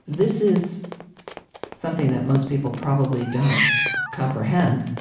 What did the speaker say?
this is something that most people probably don't comprehend,